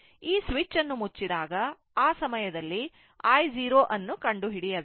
ಈ ಸ್ವಿಚ್ ಅನ್ನು ಮುಚ್ಚಿದಾಗ ಆ ಸಮಯದಲ್ಲಿi 0 ಅನ್ನು ಕಂಡುಹಿಡಿಯಬೇಕು